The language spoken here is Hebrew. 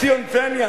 ציון פיניאן,